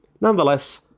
Nonetheless